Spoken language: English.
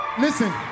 Listen